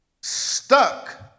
Stuck